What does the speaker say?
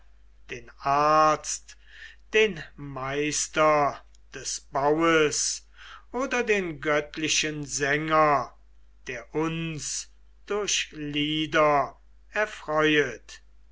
den arzt den meister des baues oder den göttlichen sänger der uns durch lieder erfreuet